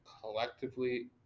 collectively